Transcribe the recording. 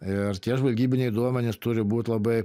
ir tie žvalgybiniai duomenys turi būt labai